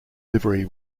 livery